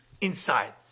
inside